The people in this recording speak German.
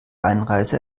einreise